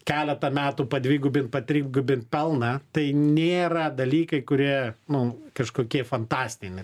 keletą metų padvigubint patrigubint pelną tai nėra dalykai kurie nu kažkokie fantastiniai